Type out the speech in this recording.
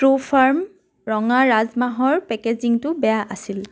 ট্ৰুফাৰ্ম ৰঙা ৰাজমাহৰ পেকেজিঙটো বেয়া আছিল